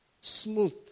smooth